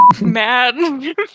mad